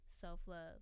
self-love